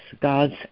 God's